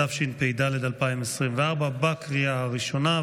התשפ"ד 2024, לקריאה הראשונה.